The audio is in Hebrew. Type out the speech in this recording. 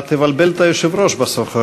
אתה תבלבל את היושב-ראש בסוף,